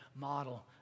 model